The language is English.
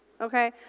okay